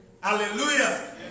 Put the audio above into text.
Hallelujah